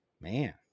man